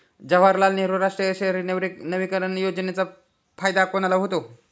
जवाहरलाल नेहरू राष्ट्रीय शहरी नवीकरण योजनेचा फायदा कोणाला होतो?